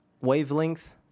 wavelength